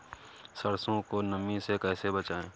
सरसो को नमी से कैसे बचाएं?